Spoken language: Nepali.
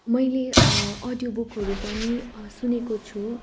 मैले अडियो बुकहरू पनि सुनेको छु